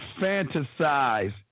fantasize